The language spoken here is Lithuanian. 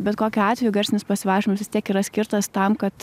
bet kokiu atveju garsinis pasivaikščiojimas vis tiek yra skirtas tam kad